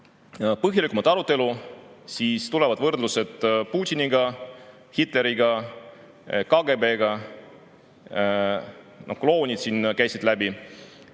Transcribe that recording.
põhjalikumat arutelu, siis tulevad võrdlused Putiniga, Hitleriga, KGB‑ga, klounid käisid läbi.